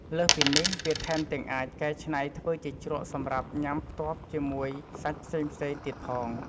លើសពីនេះ វាថែមទាំងអាចកែច្នៃធ្វើជាជ្រក់សម្រាប់ញ៉ាំផ្ទាប់ជាមួយសាច់ផ្សេងៗទៀតផង។